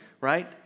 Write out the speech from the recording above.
right